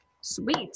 Sweet